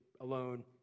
alone